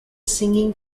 singing